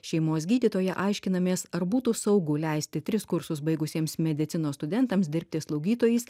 šeimos gydytoja aiškinamės ar būtų saugu leisti tris kursus baigusiems medicinos studentams dirbti slaugytojais